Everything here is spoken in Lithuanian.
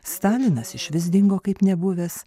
stalinas išvis dingo kaip nebuvęs